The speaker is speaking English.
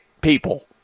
people